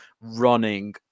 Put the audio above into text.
running